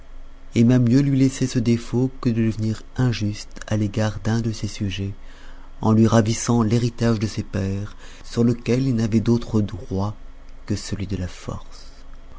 aima mieux lui laisser ce défaut que de devenir injuste à l'égard d'un de ses sujets en lui ravissant l'héritage de ses pères sur lequel il n'avait d'autre droit que celui de la force